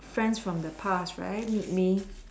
friends from the past right meet me